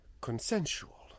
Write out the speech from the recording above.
consensual